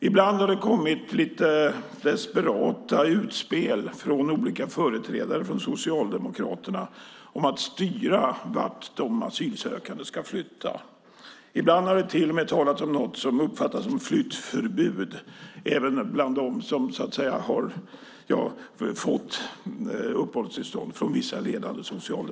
Ibland har det från olika socialdemokratiska företrädare kommit lite desperata utspel som handlat om att styra vart de asylsökande ska flytta. Och ibland har det från vissa ledande socialdemokrater till och med talats om vad som uppfattas som ett flyttförbud även för dem som fått uppehållstillstånd.